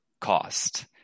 cost